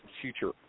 future